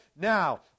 Now